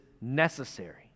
necessary